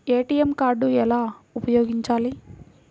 ATM card ఎలా ఉపయోగించాలి?